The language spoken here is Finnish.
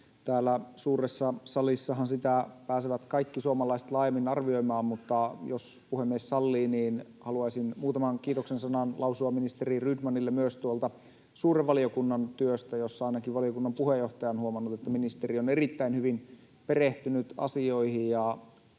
Täällä suuressa salissahan sitä pääsevät kaikki suomalaiset laajemmin arvioimaan, mutta jos puhemies sallii, niin haluaisin muutaman kiitoksen sanan lausua ministeri Rydmanille myös tuolta suuren valiokunnan työstä, jossa ainakin valiokunnan puheenjohtaja on huomannut, että ministeri on erittäin hyvin perehtynyt asioihin